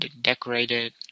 decorated